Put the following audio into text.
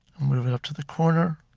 move it up to the corner.